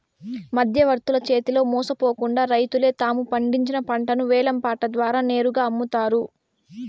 మధ్యవర్తుల చేతిలో మోసపోకుండా రైతులే తాము పండించిన పంటను వేలం పాట ద్వారా నేరుగా అమ్ముతారు